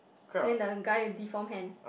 then the guy deform hand